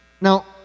Now